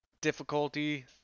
difficulty